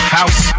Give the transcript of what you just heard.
House